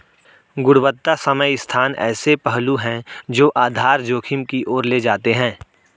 गुणवत्ता समय स्थान ऐसे पहलू हैं जो आधार जोखिम की ओर ले जाते हैं